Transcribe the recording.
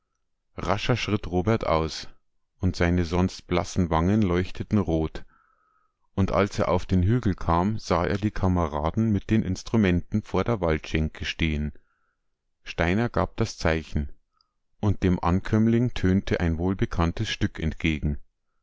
rascher schritt robert aus und seine sonst blassen wangen leuchteten rot und als er auf den hügel kam sah er die kameraden mit den instrumenten vor der waldschenke stehen steiner gab das zeichen und dem ankömmling tönte ein wohlbekanntes stück entgegen